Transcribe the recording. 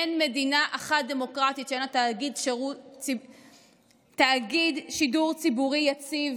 אין מדינה דמוקרטית אחת שאין לה תאגיד שידור ציבורי יציב,